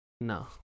No